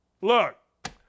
look